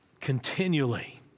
continually